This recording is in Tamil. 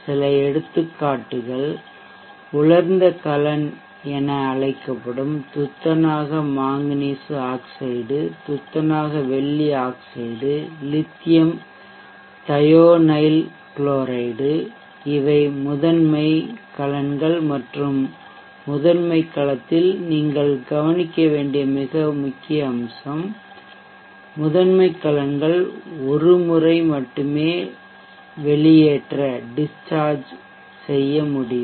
சில எடுத்துக்காட்டுகள் உலர்ந்த கலன் என அழைக்கப்படும் துத்தநாக மாங்கனீசு ஆக்சைடு துத்தநாக வெள்ளி ஆக்சைடு லித்தியம் தையோனைல்க்ளோரைடு இவை சில முதன்மை கலன்கள் மற்றும் ஒரு முதன்மை கலத்தில் நீங்கள் கவனிக்க வேண்டிய மிக முக்கியமான அம்சம் முதன்மை கலன்கள் ஒரு முறை மட்டுமே வெளியேற்ற டிஷ்சார்ஜ் முடியும்